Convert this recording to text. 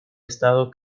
estado